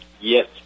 Yes